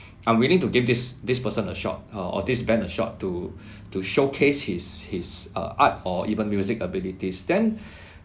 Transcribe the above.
I'm willing to give this this person a shot uh or this band a shot to to showcase his his uh art or even music abilities then